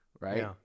Right